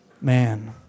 Man